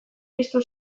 piztu